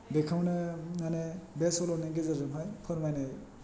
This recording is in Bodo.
बेखौनो मानि बे सल' नि गेजेरजोंहाय फोरमायनाय